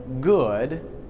good